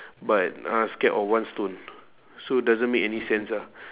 but uh scared of one stone so doesn't make any sense ah